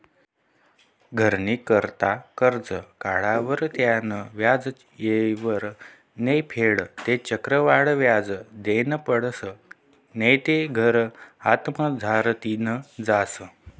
घरनी करता करजं काढावर त्यानं व्याज येयवर नै फेडं ते चक्रवाढ व्याज देनं पडसं नैते घर हातमझारतीन जास